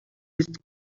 است